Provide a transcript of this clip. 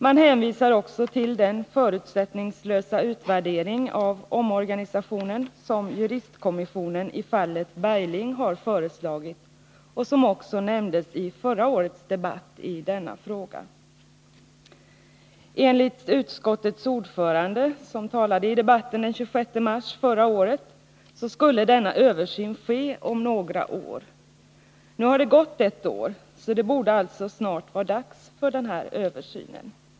Man hänvisar också till den förutsättningslösa utvärdering av omorganisationen, som juristkommissionen i fallet Bergling har föreslagit och som också nämndes i förra årets debatt i denna fråga. Enligt utskottets ordförande, som talade i debatten den 26 mars förra året, skulle denna översyn ske om några år. Nu har det gått ett år, så det borde alltså snart vara dags för denna översyn.